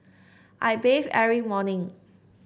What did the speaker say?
I bathe every morning